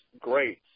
great